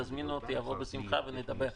תזמינו אותי ואבוא בשמחה ונדבר.